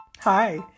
Hi